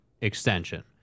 extension